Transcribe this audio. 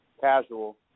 casual